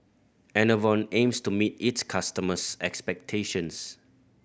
Enervon aims to meet its customers' expectations